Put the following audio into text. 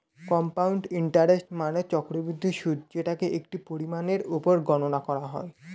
compound interest মানে চক্রবৃদ্ধি সুদ যেটাকে একটি পরিমাণের উপর গণনা করা হয়